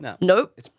nope